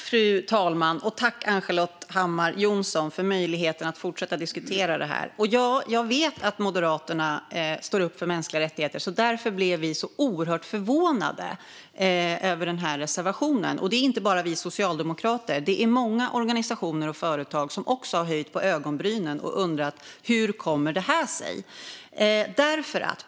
Fru talman! Tack, Ann-Charlotte Hammar Johnsson, för möjligheten att fortsätta att diskutera det här! Jag vet att Moderaterna står upp för mänskliga rättigheter, och därför blev vi så oerhört förvånade över den här reservationen. Det gäller inte bara oss socialdemokrater, utan det är många organisationer och företag som också har höjt på ögonbrynen och undrat hur det här kommer sig.